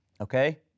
okay